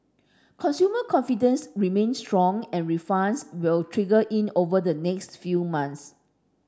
consumer confidence remains strong and refunds will trickle in over the next few months